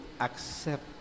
accept